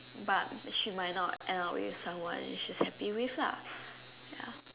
but she might not end up with someone she's happy with lah ya